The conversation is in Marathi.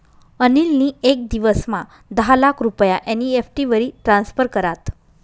अनिल नी येक दिवसमा दहा लाख रुपया एन.ई.एफ.टी वरी ट्रान्स्फर करात